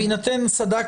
כתוב